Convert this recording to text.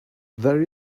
there